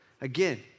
Again